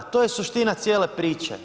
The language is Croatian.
To je suština cijele priče.